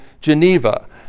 Geneva